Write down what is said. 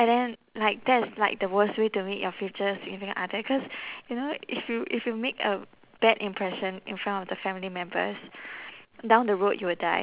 and then like that is like the worst way to meet your future significant other cause you know if you if you make a bad impression in front of the family members down the road you will die